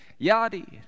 Yadi